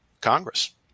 Congress